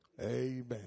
Amen